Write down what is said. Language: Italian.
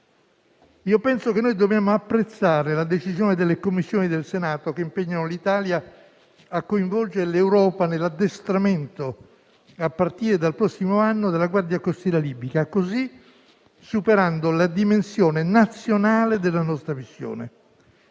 penso che dobbiamo apprezzare la decisione delle Commissioni del Senato che impegnano l'Italia a coinvolgere l'Europa nell'addestramento, a partire dal prossimo anno, della Guardia costiera libica, così superando la dimensione nazionale della nostra missione.